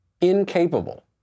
incapable